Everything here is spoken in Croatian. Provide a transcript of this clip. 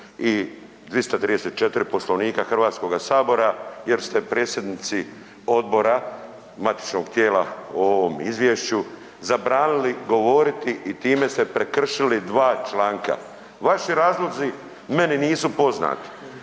i 334. Poslovnika Hrvatskoga sabora, jer ste predsjednici Odbora matičnog tijela o ovom Izvješću zabranili govoriti i time ste prekršili dva članka. Vaši razlozi meni nisu poznati.